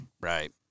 Right